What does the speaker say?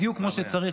בדיוק כמו שצריך.